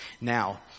Now